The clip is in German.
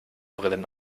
brillen